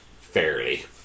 Fairly